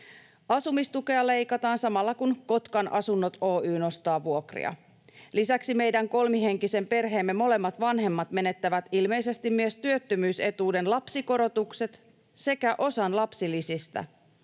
Asumistukea leikataan samalla, kun Kotkan Asunnot Oy nostaa vuokria. Lisäksi meidän kolmihenkisen perheemme molemmat vanhemmat menettävät ilmeisesti myös työttömyysetuuden lapsikorotukset sekä osan lapsilisistä